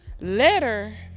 letter